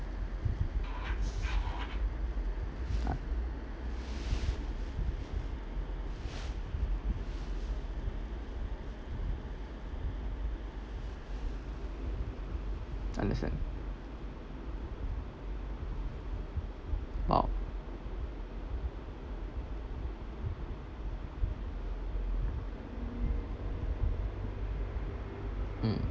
understand oh mm